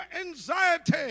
anxiety